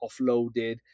offloaded